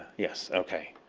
yes. ok.